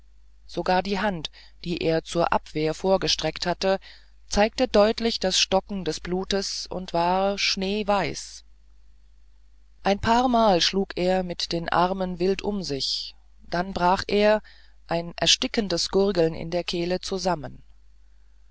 sogar die hand die er zur abwehr vorgestreckt hatte zeigte deutlich das stocken des blutes und war schneeweiß ein paarmal schlug er mit den armen wild um sich dann brach er ein erstickendes gurgeln in der kehle zusammen